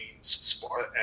Sparta